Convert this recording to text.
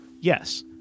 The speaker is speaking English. yes